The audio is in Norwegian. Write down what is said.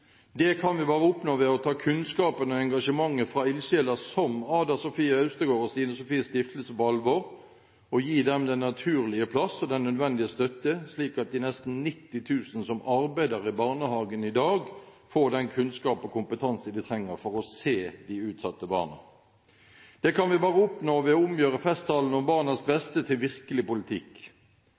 Det kan vi bare oppnå ved å ta kunnskapen og engasjementet fra ildsjeler som Ada Sofie Austegard og Stine Sofies Stiftelse på alvor og gi dem den naturlige plass og den nødvendige støtte, slik at de nesten 90 000 som arbeider i barnehagen i dag, får den kunnskap og kompetanse de trenger for å se de utsatte barna. Det kan vi bare oppnå ved å omgjøre festtalene om barnas beste til virkelig politikk.